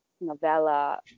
novella